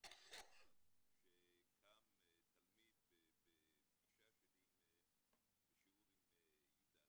כשקם תלמיד בפגישה שלי בשיעור עם י"א,